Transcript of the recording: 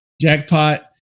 jackpot